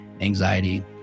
anxiety